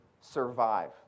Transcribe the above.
survive